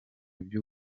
by’u